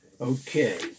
Okay